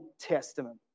Testament